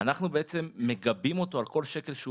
אנחנו בעצם מגבים אותו על כל שקל שהוא